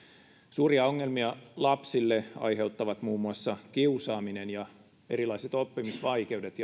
suuria ongelmia lapsille aiheuttavat muun muassa kiusaaminen ja erilaiset oppimisvaikeudet